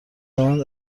روند